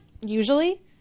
usually